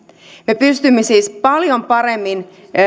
me pystymme siis paljon paremmin